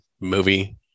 movie